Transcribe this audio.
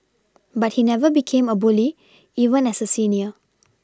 but he never became a bully even as a senior